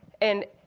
and